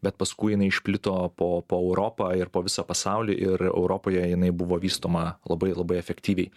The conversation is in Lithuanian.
bet paskui jinai išplito po po europą ir po visą pasaulį ir europoje jinai buvo vystoma labai labai efektyviai